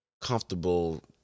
comfortable